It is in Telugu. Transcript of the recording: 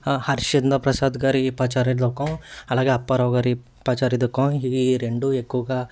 హరిశ్చంద్ర ప్రసాద్ గారి పచారీ దుకాణం అలాగే అప్పారావు గారి పచారీ దుకాణం ఈ రెండు ఎక్కువగా